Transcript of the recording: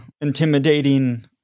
intimidating